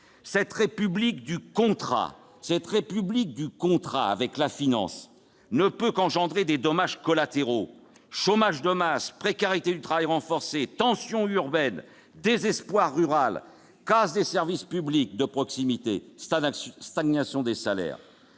Cette République du contrat avec la finance ne peut qu'engendrer des dommages collatéraux : chômage de masse, précarité du travail renforcée, tensions urbaines, désespoir rural, casse des services publics de proximité et stagnation des salaires.